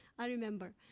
i remember.